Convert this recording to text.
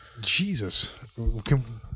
Jesus